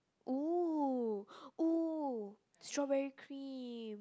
!woo! !woo! strawberry cream